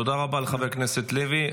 תודה רבה לחבר הכנסת לוי.